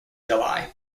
july